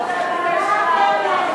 לא פה בצד הזה של האולם.